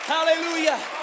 Hallelujah